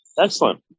excellent